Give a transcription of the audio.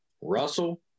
Russell